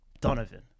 Donovan